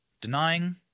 Denying